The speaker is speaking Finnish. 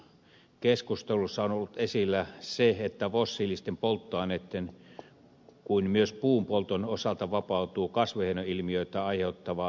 keskustelussa on ollut esillä se että niin fossiilisten polttoaineitten kuin myös puun polton osalta vapautuu kasvihuoneilmiötä aiheuttavaa hiilidioksidia